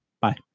Bye